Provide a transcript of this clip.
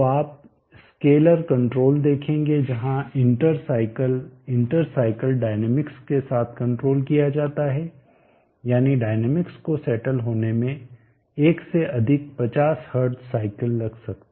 तो आप scalar control देखेंगे जहां inter cycle inter cycle dynamics के साथ कंट्रोल किया जाता है यानी डायनेमिक्स को सेटल होने में एक से अधिक 50 हर्ट्ज साइकल लग सकते हैं